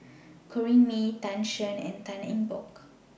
Corrinne May Tan Shen and Tan Eng Bock